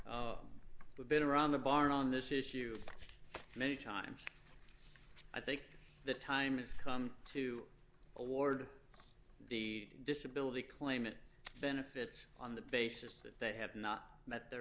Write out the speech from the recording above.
have been around the barn on this issue many times i think the time has come to award the disability claim it benefits on the basis that they have not met their